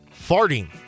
farting